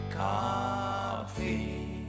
coffee